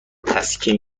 تسکین